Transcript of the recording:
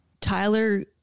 Tyler